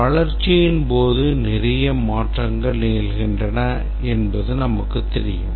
வளர்ச்சியின் போது நிறைய மாற்றங்கள் நிகழ்கின்றன என்பது நமக்கு தெரியும்